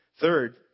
Third